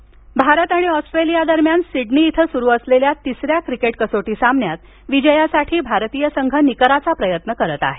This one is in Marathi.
क्रिकेट क्रीकइन्फो भारत आणि ऑस्ट्रेलिया दरम्यान सिडनी इथं सुरू असलेल्या तिसऱ्या क्रिकेट कसोटी सामन्यात विजयासाठी भारतीय संघ निकराचा प्रयत्न करत आहे